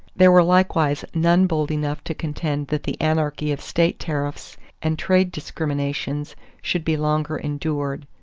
there were likewise none bold enough to contend that the anarchy of state tariffs and trade discriminations should be longer endured.